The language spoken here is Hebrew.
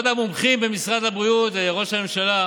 בעוד המומחים במשרד הבריאות וראש הממשלה